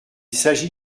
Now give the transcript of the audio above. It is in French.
s’agit